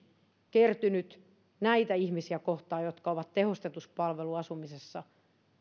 kertynyt näitä ihmisiä kohtaan jotka ovat tehostetussa palveluasumisessa